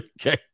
okay